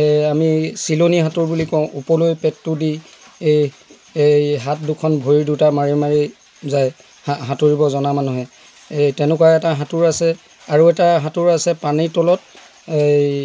এই আমি চিলনী সাঁতোৰ বুলি কওঁ ওপৰলৈ পেটটো দি এই এই হাত দুখন ভৰি দুটা মাৰি মাৰি যায় সাঁতোৰিব জনা মানুহে এই তেনেকুৱা এটা সাঁতোৰ আছে আৰু এটা সাঁতোৰ আছে পানীৰ তলত এই